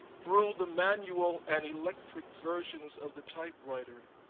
through the manual and electric versions of the typewriter,